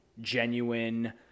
genuine